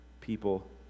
people